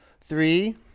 Three